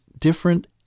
different